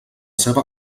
seua